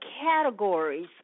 categories